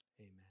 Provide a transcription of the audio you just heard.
Amen